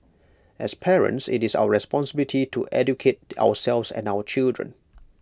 as parents IT is our responsibility to educate ourselves and our children